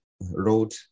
road